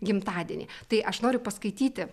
gimtadienį tai aš noriu paskaityti